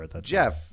Jeff